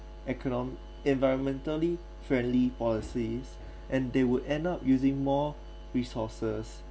economic environmentally friendly policies and they would end up using more resources